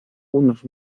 unos